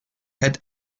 had